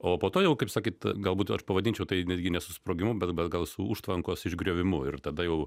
o po to jau kaip sakyt galbūt aš pavadinčiau tai netgi ne su sprogimu bet bet gal su užtvankos išgriovimu ir tada jau